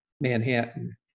Manhattan